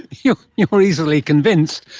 you yeah were easily convinced!